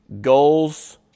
goals